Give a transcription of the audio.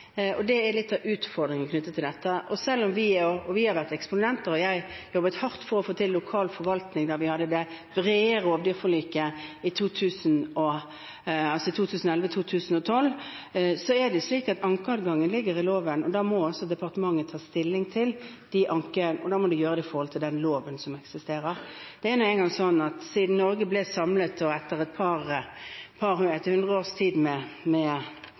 og det er litt av utfordringen knyttet til dette. Og selv om vi har vært eksponenter her – jeg jobbet hardt for å få til lokal forvaltning da vi hadde det brede rovdyrforliket i 2011–2012 – så er det slik at ankeadgangen ligger i loven. Da må også departementet ta stilling til ankene, og da må det gjøre det opp mot den loven som eksisterer. Det er nå engang sånn at siden Norge ble samlet, og etter